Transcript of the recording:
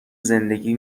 زندگی